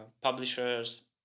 publishers